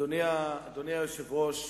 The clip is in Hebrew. אדוני היושב-ראש,